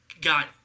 got